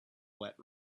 wet